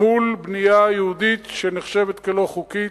מול בנייה יהודית שנחשבת לא חוקית.